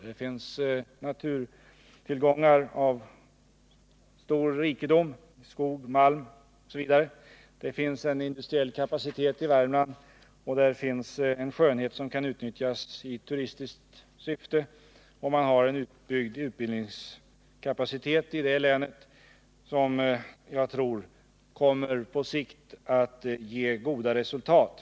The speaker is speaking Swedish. Det har en rikedom av naturtillgångar, skog, malm m.m. och det har en industriell kapacitet. Där finns en skönhet som kan utnyttjas i turistiskt syfte och man har en utbyggd utbildningskapacitet i länet som jag tror på sikt kommer att ge goda resultat.